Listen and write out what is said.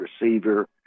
receiver